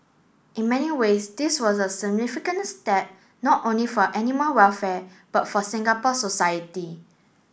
in many ways this was a significant step not only for animal welfare but for Singapore society